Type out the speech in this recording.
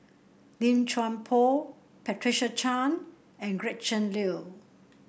Lim Chuan Poh Patricia Chan and Gretchen Liu